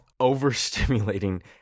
overstimulating